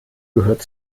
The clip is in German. gehört